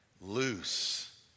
loose